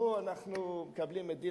שני אנחנו רואים את הזלזול.